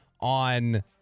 on